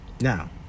Now